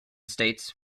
states